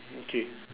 okay